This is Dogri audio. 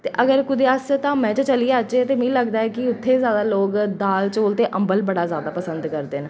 ते अगर अस कुदै धामै गी चली जाचै ते मिगी लगदा की उत्थें जादा लोक दाल चोल ते अम्बल बड़ा जादा पसंद करदे न